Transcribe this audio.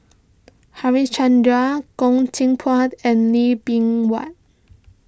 Harichandra Goh Teck Phuan and Lee Bee Wah